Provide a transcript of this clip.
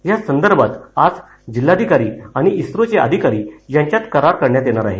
यासंदर्भात आज जिल्हाधिकारी आणि इस्रोचे अधिकारी यांच्यात करार करण्यात येणार आहे